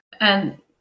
And-